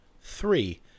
three